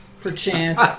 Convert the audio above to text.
perchance